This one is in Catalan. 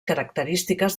característiques